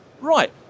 Right